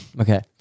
Okay